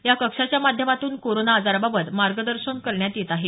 या कक्षाच्या माध्यमातून कोरोना आजाराबाबत मार्गदर्शन करण्यात येत आहे